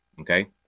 okay